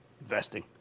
Investing